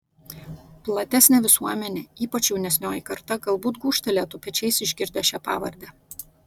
platesnė visuomenė ypač jaunesnioji karta galbūt gūžtelėtų pečiais išgirdę šią pavardę